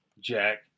Jack